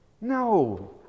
No